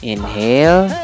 Inhale